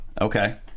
Okay